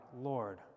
Lord